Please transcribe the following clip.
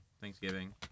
Thanksgiving